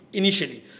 initially